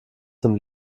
zum